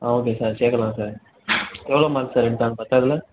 ஆ okay sir சேர்க்கலாம் sir எவ்ளோ mark sir எடுத்தாங்க பத்தாவதில்